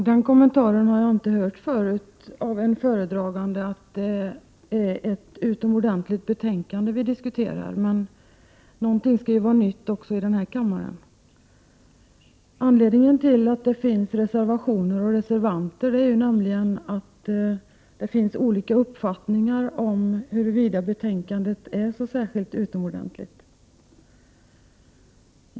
Herr talman! Jag har tidigare inte hört den kommentaren av en utskottstalesman, att det är ett utomordentligt betänkande vi diskuterar. Men någonting skall väl vara nytt också i den här kammaren. Anledningen till att det finns reservationer i ärendet är naturligtvis att det finns olika uppfattningar i frågan huruvida detta betänkande är så utomordentligt.